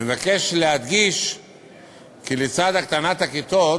אני מבקש להדגיש כי לצד הקטנת הכיתות